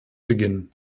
beginnen